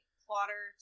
plotter